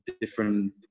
different